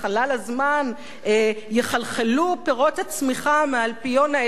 יחלחלו פירות הצמיחה מהאלפיון העליון אל הציבור.